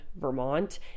Vermont